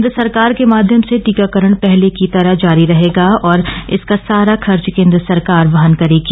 केंद्र सरकार के माध्यम से टीकाकरण पहले की तरह जारी रहेगा और इसका सारा खर्च केंद्र सरकार वहन करेगी